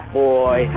boy